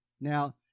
Now